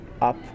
up